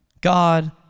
God